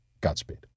Godspeed